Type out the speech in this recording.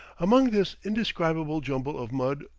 among this indescribable jumble of mud,